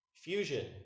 Fusion